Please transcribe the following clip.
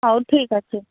ହଉ ଠିକ୍ ଅଛି